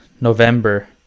november